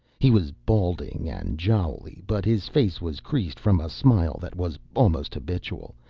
he was balding and jowly, but his face was creased from a smile that was almost habitual,